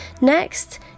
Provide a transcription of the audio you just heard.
Next